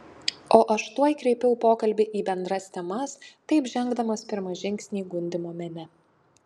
o aš tuoj kreipiau pokalbį į bendras temas taip žengdamas pirmą žingsnį gundymo mene